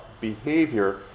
behavior